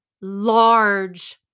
Large